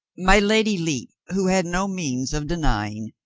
my lady lepe, who had no means of denying,